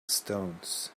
stones